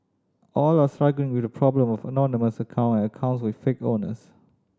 all are struggling with the problem of anonymous account accounts with fake owners